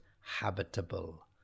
habitable